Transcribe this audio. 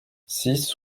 six